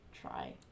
try